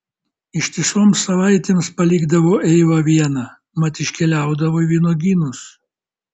ištisoms savaitėms palikdavo eivą vieną mat iškeliaudavo į vynuogynus